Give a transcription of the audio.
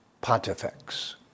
Pontifex